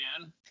man